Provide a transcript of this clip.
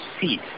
seat